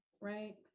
right